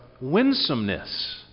winsomeness